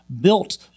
built